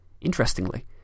Interestingly